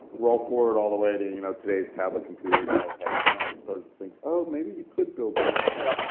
roll forward all the way to and you know today's tablet computers the ipad came out and we started to think, oh, maybe you could build such a thing.